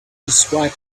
describe